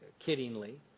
kiddingly